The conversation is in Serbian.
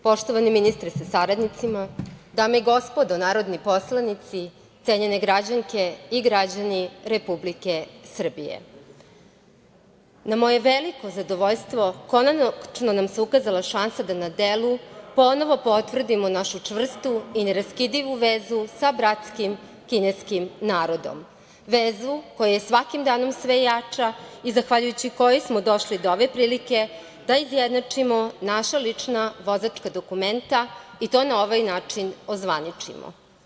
Poštovani ministre sa saradnicima, dame i gospodo narodni poslanici, cenjene građanke i građani Republike Srbije, na moje veliko zadovoljstvo, konačno nam se ukazala šansa da na delu ponovo potvrdimo našu čvrstu i neraskidivu vezu sa bratskim kineskim narodom, vezu koja je svakim danom sve jača i zahvaljujući kojoj smo došli do ove prilike da izjednačimo naša lična vozačka dokumenta, i to na ovaj način ozvaničimo.